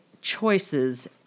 choices